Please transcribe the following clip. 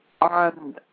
on